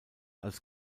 als